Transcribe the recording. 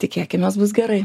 tikėkimės bus gerai